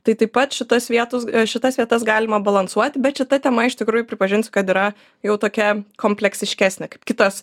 taip pat šitas vietus šitas vietas galima balansuoti bet šita tema iš tikrųjų pripažinsiu kad yra jau tokia kompleksiškesnė kaip kitos